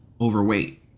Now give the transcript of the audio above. overweight